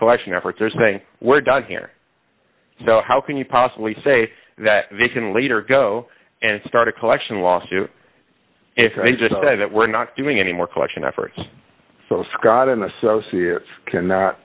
collection efforts or saying we're done here so how can you possibly say that they can later go and start a collection lawsuit if i just say that we're not doing anymore collection efforts so scott and associates cannot